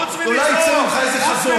אולי יצא ממך איזה חזון.